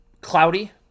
Cloudy